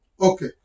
Okay